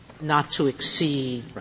not-to-exceed